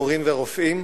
מורים ורופאים,